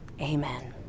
Amen